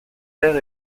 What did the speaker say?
père